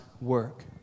work